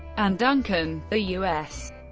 and duncan, the u s.